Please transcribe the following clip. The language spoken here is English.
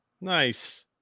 Nice